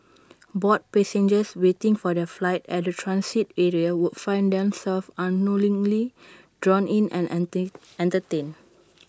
bored passengers waiting for their flight at the transit area would find themselves unknowingly drawn in and enter entertained